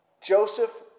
Joseph